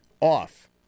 off